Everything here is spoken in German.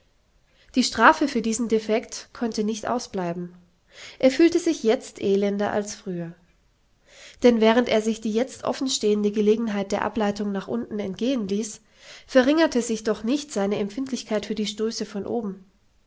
die strafe für diesen defekt konnte nicht ausbleiben er fühlte sich jetzt elender als früher denn während er sich die jetzt offenstehende gelegenheit der ableitung nach unten entgehen ließ verringerte sich doch nicht seine empfindlichkeit für die stöße von oben